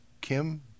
Kim